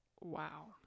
Wow